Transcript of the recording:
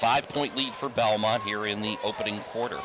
five point lead for belmont here in the opening quarter